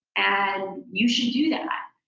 and you should do that,